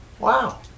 wow